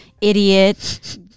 idiot